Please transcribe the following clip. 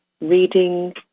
reading